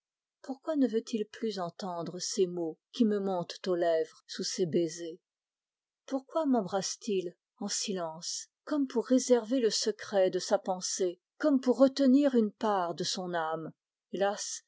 pourquoi ne veut-il plus entendre les mots qui me montent aux lèvres sous ses baisers pourquoi métreint il en silence comme pour retenir une part de son âme